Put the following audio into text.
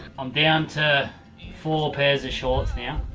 i'm down to four pairs of shorts now.